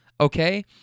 okay